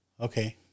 Okay